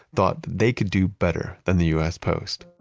thought they could do better than the us post.